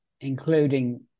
including